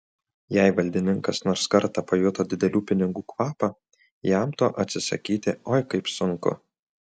jei valdininkas nors kartą pajuto didelių pinigų kvapą jam to atsisakyti oi kaip sunku